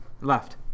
left